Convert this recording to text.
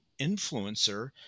influencer